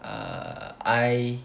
err I